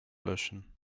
löschen